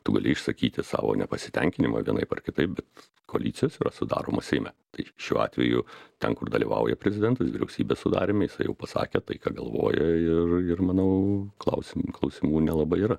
tu gali išsakyti savo nepasitenkinimą vienaip ar kitaip bet koalicijos yra sudaromos seime tai šiuo atveju ten kur dalyvauja prezidentas vyriausybės sudaryme jisai jau pasakė tai ką galvoja ir ir manau klausimų klausimų nelabai yra